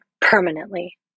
permanently